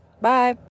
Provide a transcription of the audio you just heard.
Bye